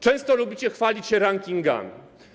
Często lubicie chwalić się rankingami.